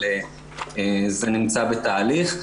אבל זה נמצא בתהליך.